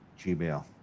Gmail